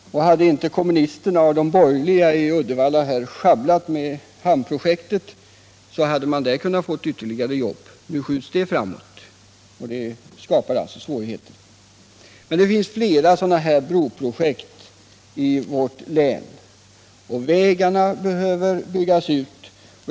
Och hade inte kommunisterna och de borgerliga i Uddevalla sjabblat med hamnprojektet, så hade man där kunnat få ytterligare jobb. Nu skjuts det på framtiden, vilket alltså skapar svårigheter. Men det finns flera sådana broprojekt i vårt län, och vägarna behöver byggas ut.